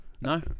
No